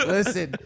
Listen